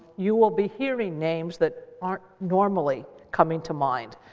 you will be hearing names that aren't normally coming to mind.